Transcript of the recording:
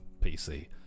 PC